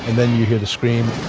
then you hear the scream.